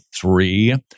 three